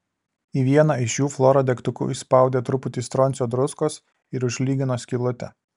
į vieną iš jų flora degtuku įspaudė truputį stroncio druskos ir užlygino skylutę